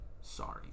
Sorry